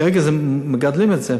כרגע מגדלים את זה.